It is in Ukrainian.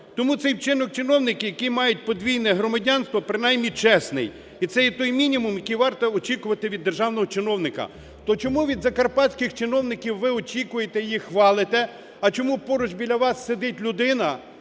Тому цей вчинок чиновників, які мають подвійне громадянство, принаймні чесний. І це є той мінімум, який варто очікувати від державного чиновника. То чому від закарпатських чиновників ви очікуєте, їх хвалите, а чому поруч біля вас сидить людина,